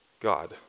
God